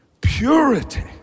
purity